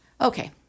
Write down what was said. Okay